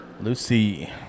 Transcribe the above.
Lucy